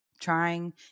trying